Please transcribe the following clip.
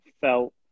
felt